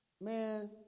Man